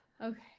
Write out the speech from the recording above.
Okay